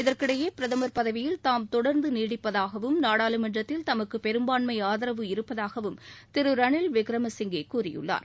இதற்கிடையே பிரதமர் பதவியில் தாம் தொடர்ந்து நீடிப்பதாகவும் நாடாளுமன்றத்தில் தமக்கு பெரும்பான்மை ஆதரவு இருப்பதாகவும் திரு ரணில் விக்ரம சிங்கே கூறியுள்ளார்